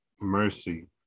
mercy